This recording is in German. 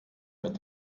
mit